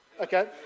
Okay